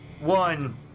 One